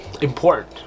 important